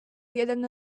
jeden